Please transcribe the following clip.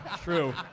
True